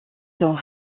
sont